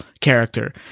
character